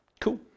Cool